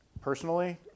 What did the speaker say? personally